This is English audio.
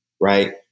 right